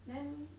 then